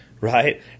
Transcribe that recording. right